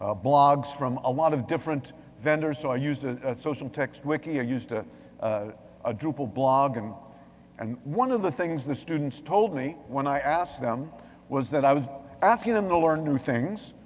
ah blogs from a lot of different vendors, so i used a social text wiki, i used ah ah a drupal blog, and and one of the things the students told me when i asked them was that i was asking them to learn new things,